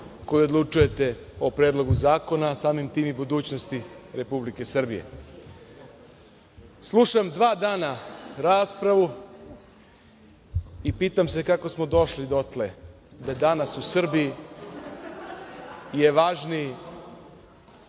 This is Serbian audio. koji odlučujete o Predlogu zakona, a samim tim i budućnosti Republike Srbije. Slušam dva dana raspravu i pitam se kako smo došli dotle da danas u Srbiji je važniji